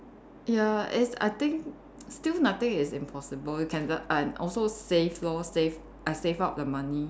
ya and it's I think still nothing is impossible you can just and also save lor save I save up the money